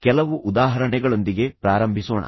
ಕೆಲವು ಉದಾಹರಣೆಗಳೊಂದಿಗೆ ಪ್ರಾರಂಭಿಸೋಣ